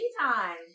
time